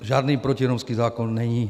Žádný protiromský zákon není.